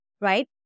right